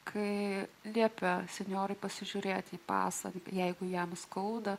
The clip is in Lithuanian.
kai liepia senjorai pasižiūrėti į pasą jeigu jam skauda